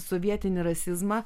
sovietinį rasizmą